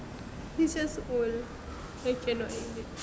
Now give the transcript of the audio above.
he's just old I cannot take it